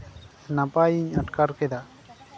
ᱱᱟᱯᱟᱭᱤᱧ ᱟᱴᱠᱟᱨ ᱠᱟᱫᱟ